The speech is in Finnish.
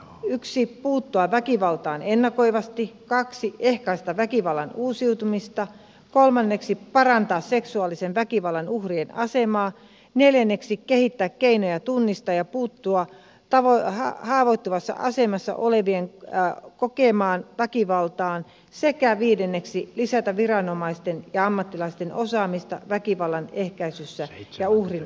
ensinnäkin puuttua väkivaltaan ennakoivasti toiseksi ehkäistä väkivallan uusiutumista kolmanneksi parantaa seksuaalisen väkivallan uhrien asemaa neljänneksi kehittää keinoja tunnistaa ja puuttua haavoittuvassa asemassa olevien kokemaan väkivaltaan sekä viidenneksi lisätä viranomaisten ja ammattilaisten osaamista väkivallan ehkäisyssä ja uhrin auttamisessa